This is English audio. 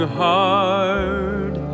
hard